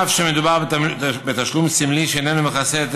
אף שמדובר בתשלום סמלי שאיננו מכסה את